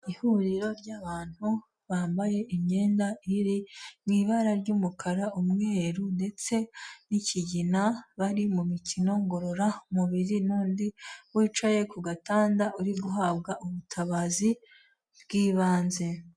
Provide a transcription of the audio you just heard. Ihuriro ry'abantu bambaye imyenda iri mu ibara ry'umukara, umweru ndetse n'ikigina bari mu mikino ngororamubiri n'undi wicaye ku gatanda uri guhabwa ubutabazi bw'ibanze.